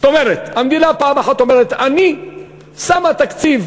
זאת אומרת, המדינה פעם אחת אומרת: אני שמה תקציב